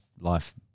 life –